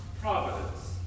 providence